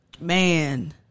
man